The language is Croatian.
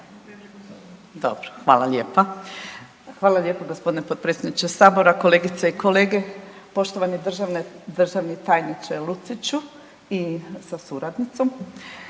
Dobro, hvala lijepa. Hvala lijepa gospodine potpredsjedniče sabora. Kolegice i kolege, poštovani tajniče Luciću sa suradnicom,